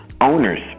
owners